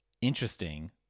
interesting